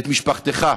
את משפחתך,